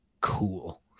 cool